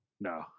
No